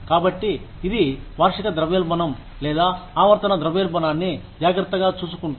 కాబట్టి ఇది వార్షిక ద్రవ్యోల్బణం లేదా ఆవర్తన ద్రవ్యోల్బణాన్ని జాగ్రత్తగా చూసుకుంటుంది